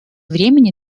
времени